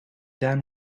down